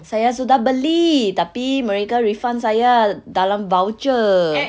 saya sudah beli tapi mereka refund saya dalam voucher